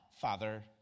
Father